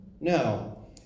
No